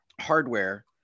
hardware